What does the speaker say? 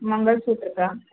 मंगलसूत्र का